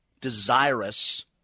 desirous